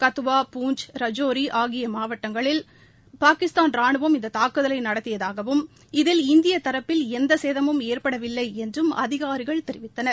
கத்துவா பூஞ்ச் ரஜோரி ஆகிய மாவட்டங்களில் பாகிஸ்தான் ரானுவம் இந்த தாக்குதலை நடத்தியதாகவும் இதில் இந்திய தரப்பில் எந்த சேதமும் ஏற்படவில்லை என்றும் அதிகாரிகள் தெரிவித்தனர்